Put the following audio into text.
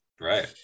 right